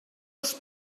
els